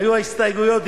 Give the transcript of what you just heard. היו הסתייגויות דיבור,